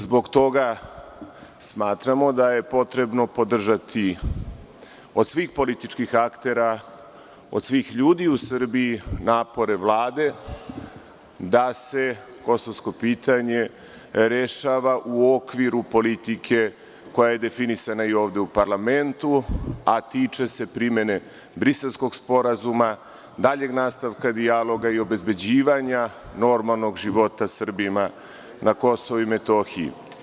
Zbog toga smatramo da je potrebno podržati, od svih političkih aktera, od svih ljudi u Srbiji, napore Vlade da se kosovsko pitanje rešava u okviru politike koja je definisana ovde u parlamentu, a tiče se primene Briselskog sporazuma, daljeg nastavka dijaloga i obezbeđivanja normalnog života Srbima na Kosovu i Metohiji.